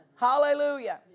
Hallelujah